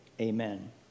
Amen